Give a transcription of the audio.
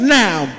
now